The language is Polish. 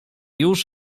już